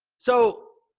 so,